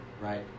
right